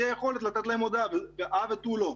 תהיה יכולת לתת להם הודעה, הא ותו לא.